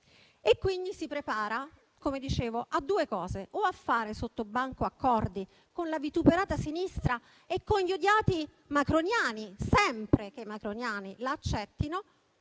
e quindi si prepara - come dicevo - a due cose: a fare sottobanco accordi con la vituperata sinistra e con gli odiati macroniani (sempre che i macroniani la accettino)